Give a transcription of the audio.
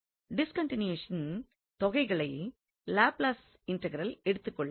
டிஸ்கன்டினியூடீஸின் தொகைகளை Laplace integral எடுத்துக் கொள்ளாது